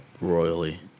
royally